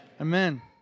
Amen